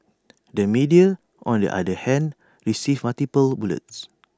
the media on the other hand received multiple bullets